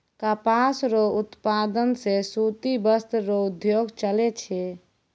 कपास रो उप्तादन से सूती वस्त्र रो उद्योग चलै छै